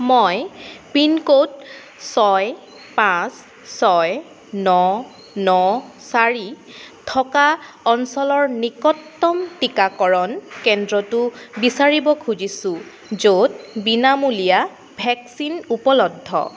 মই পিনক'ড ছয় পাঁচ ছয় ন ন চাৰি থকা অঞ্চলৰ নিকটতম টিকাকৰণ কেন্দ্ৰটো বিচাৰিব খুজিছোঁ য'ত বিনামূলীয়া ভেকচিন উপলব্ধ